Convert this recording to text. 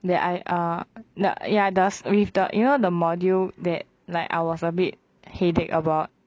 that I ah ya ya does with the you know the module that like I was a bit headache about